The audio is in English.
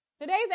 Today's